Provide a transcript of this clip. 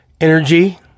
energy